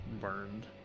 burned